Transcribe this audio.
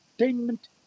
entertainment